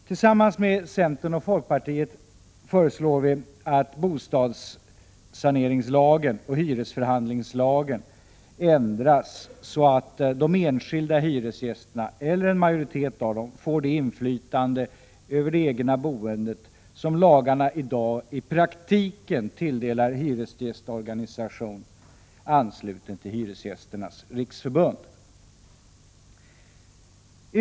Tillsammans med centern och folkpartiet föreslår vi att bostadssaneringslagen och hyresförhandlingslagen ändras så att de enskilda hyresgästerna eller en majoritet av dem får det inflytandet över det egna boendet som lagarna i dag i praktiken tilldelar hyresgästorganisation ansluten till Hyresgästernas riksförbund.